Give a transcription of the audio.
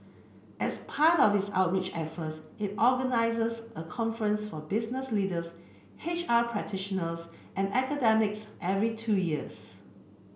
as part of its outreach efforts it organises a conference for business leaders H R practitioners and academics every two years